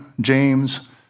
James